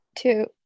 two